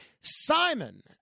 Simon